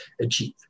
achieve